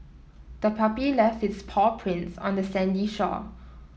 the puppy left its paw prints on the sandy shore